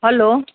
hello